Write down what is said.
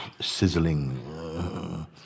sizzling